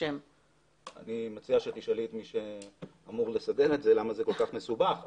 אני מציע שתשאלי את מי שאמור להסביר למה זה כל כך מסובך.